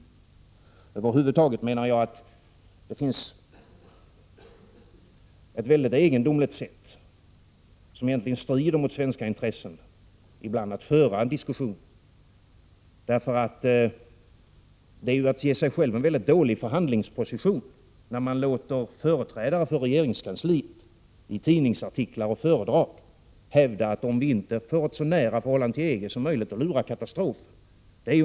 Jag menar över huvud taget att man ibland för diskussionen på ett mycket egendomligt sätt, som strider mot svenska intressen. Det är att ge sig själv en mycket dålig förhandlingsposition när man låter företrädare för regeringskansliet i tidningsartiklar och föredrag hävda att om vi inte får ett så nära förhållande till EG som möjligt lurar katastrofer.